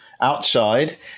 outside